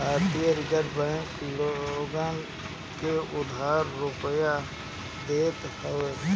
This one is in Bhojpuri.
भारतीय रिजर्ब बैंक लोगन के उधार रुपिया देत हवे